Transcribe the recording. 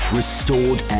restored